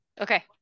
Okay